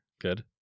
Good